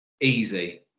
Easy